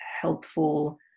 helpful